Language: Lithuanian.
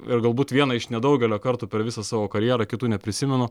ir galbūt vieną iš nedaugelio kartų per visą savo karjerą kitų neprisimenu